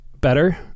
better